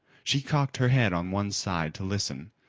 she cocked her head on one side to listen,